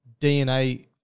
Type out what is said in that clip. DNA